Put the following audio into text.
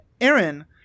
Aaron